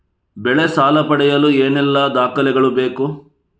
ಬೆಳೆ ಸಾಲ ಪಡೆಯಲು ಏನೆಲ್ಲಾ ದಾಖಲೆಗಳು ಬೇಕು?